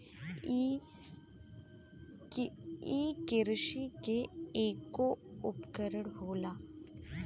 इ किरसी के ऐगो उपकरण होला